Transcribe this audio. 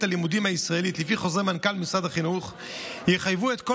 הלימודים הישראלית לפי חוזרי מנכ"ל משרד החינוך יחייבו את כל